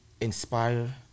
inspire